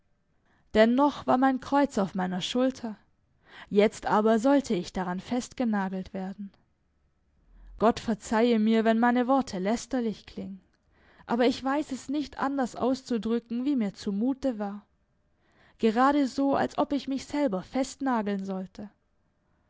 noch war mein kreuz auf meiner schulter jetzt aber sollte ich daran festgenagelt werden gott verzeihe wir wenn meine worte lästerlich klingen aber ich weiß es nicht anders auszudrücken wie mir zumute war gerade so als ob ich mich selber festnageln sollte